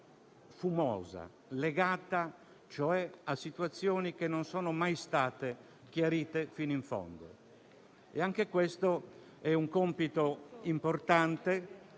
fumosa, legata cioè a situazioni che non sono mai state chiarite fino in fondo. Anche questo è un compito importante